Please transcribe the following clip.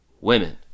Women